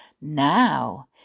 Now